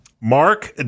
Mark